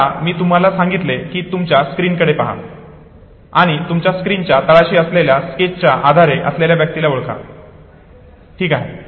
आता मी तुम्हाला सांगितले की तुमच्या स्क्रीनकडे पहा आणि तुमच्या स्क्रीनच्या तळाशी असलेल्या स्केचच्या आधारे असलेल्या व्यक्तीला ओळखा ठीक आहे